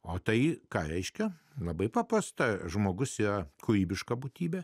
o tai ką reiškia labai paprasta žmogus ją kūrybiška būtybė